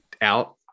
out